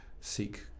seek